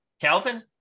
calvin